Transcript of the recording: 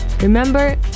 Remember